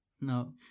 No